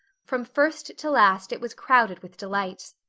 from first to last it was crowded with delights.